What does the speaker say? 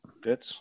good